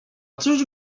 cóż